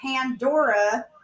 Pandora